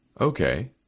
Okay